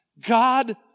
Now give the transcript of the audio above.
God